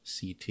CT